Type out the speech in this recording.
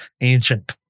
ancient